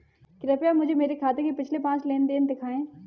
कृपया मुझे मेरे खाते से पिछले पाँच लेन देन दिखाएं